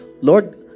Lord